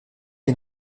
est